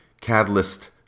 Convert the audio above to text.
catalyst